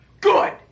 Good